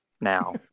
now